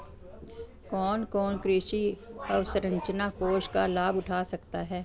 कौन कौन कृषि अवसरंचना कोष का लाभ उठा सकता है?